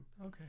okay